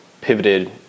pivoted